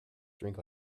drink